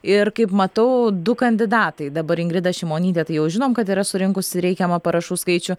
ir kaip matau du kandidatai dabar ingrida šimonytė tai jau žinom kad yra surinkusi reikiamą parašų skaičių